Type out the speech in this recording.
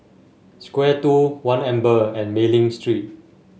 Square Two One Amber and Mei Ling Street